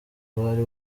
bari